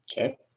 Okay